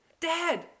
Dad